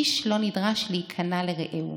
איש לא נדרש להיכנע לרעהו,